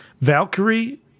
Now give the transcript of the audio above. Valkyrie